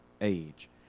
age